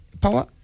Power